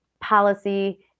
policy